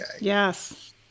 Yes